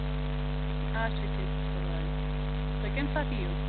اَچھا کیٚنہہ چھُنہٕ پَرواے تُہۍ کَمہِ ساتہٕ یِیِو